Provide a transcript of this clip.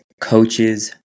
Coaches